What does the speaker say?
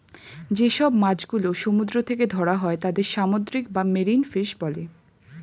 যে সব মাছ গুলো সমুদ্র থেকে ধরা হয় তাদের সামুদ্রিক বা মেরিন ফিশ বলে